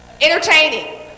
Entertaining